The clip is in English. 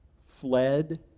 fled